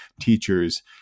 teachers